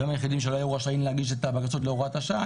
והם היו היחידים שלא היו רשאים להגיש את הבקשות לפי הוראת השעה.